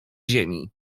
ziemi